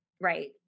right